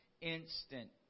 instant